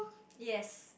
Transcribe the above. yes